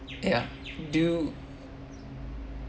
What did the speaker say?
ya do